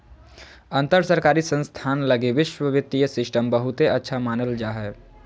अंतर सरकारी संस्थान लगी वैश्विक वित्तीय सिस्टम बहुते अच्छा मानल जा हय